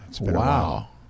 Wow